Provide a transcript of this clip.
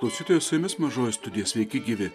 klausytojus su jumis mažoji studija sveiki gyvi